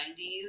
90s